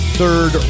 third